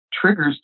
triggers